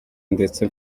ndetse